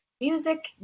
music